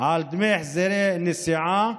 על דמי החזר נסיעה